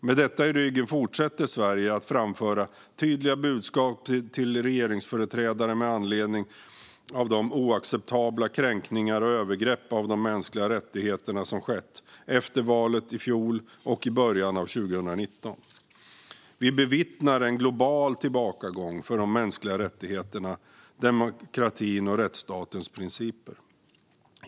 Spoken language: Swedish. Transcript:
Med detta i ryggen fortsätter Sverige att framföra tydliga budskap till regeringsföreträdare med anledning av de oacceptabla kränkningar och övergrepp av de mänskliga rättigheterna som skett efter valet i fjol och i början av 2019. Vi bevittnar en global tillbakagång för de mänskliga rättigheterna, demokratin och rättsstatens principer.